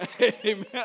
Amen